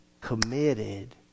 committed